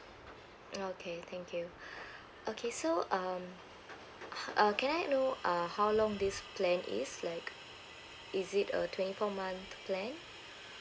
okay thank you okay so um uh can I know uh how long this plan is like is it a twenty four month plan